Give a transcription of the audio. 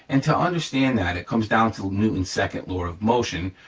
and to understand that it comes down to newton's second law of motion,